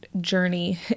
journey